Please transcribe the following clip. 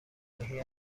ماهی